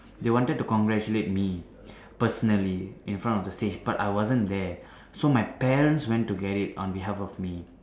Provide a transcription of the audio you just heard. they wanted to congratulate me personally in front of the stage but I wasn't there so my parents went to get it on behalf of me